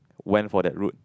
went for that route